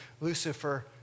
Lucifer